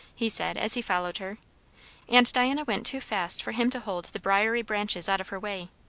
he said as he followed her and diana went too fast for him to hold the briary branches out of her way.